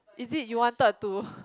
is it you wanted to